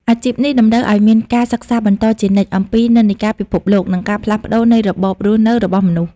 អាជីពនេះតម្រូវឱ្យមានការសិក្សាបន្តជានិច្ចអំពីនិន្នាការពិភពលោក និងការផ្លាស់ប្តូរនៃរបៀបរស់នៅរបស់មនុស្ស។